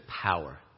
power